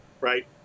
right